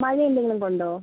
മഴ എന്തെങ്കിലും കൊണ്ടോ